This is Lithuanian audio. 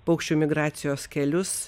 paukščių migracijos kelius